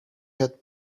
had